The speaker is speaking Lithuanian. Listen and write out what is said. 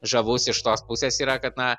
žavus iš tos pusės yra kad na